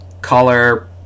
color